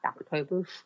October